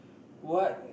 what